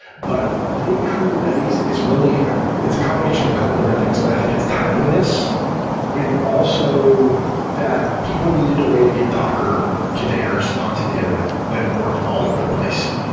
but i think kubernetes is really ah it's a combination of a couple different things, but i think it's timeliness and also that people needed a way to get docker containers onto the internet that worked all over the place.